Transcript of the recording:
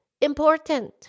Important